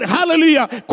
Hallelujah